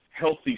healthy